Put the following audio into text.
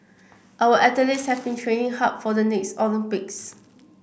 our athletes have been training hard for the next Olympics